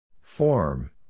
Form